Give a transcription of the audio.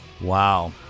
Wow